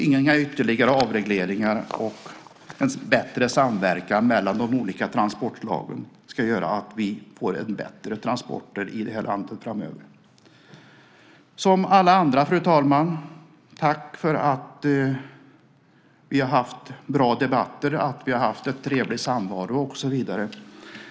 Inga ytterligare avregleringar och en bättre samverkan mellan de olika transportslagen ska göra att vi får bättre transporter i det här landet framöver. Som alla andra, fru talman, vill jag tacka för bra debatter, trevlig samvaro, och så vidare.